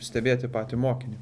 stebėti patį mokinį